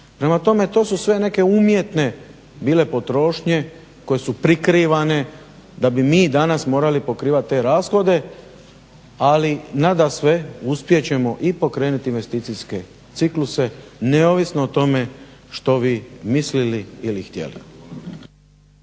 Prema tome to su sve neke bile umjetne potrošnje koje su prikrivane da bi mi danas morali pokrivati te rashode, ali nadasve uspjet ćemo i pokrenuti investicijske cikluse neovisno o tome što vi mislili ili htjeli.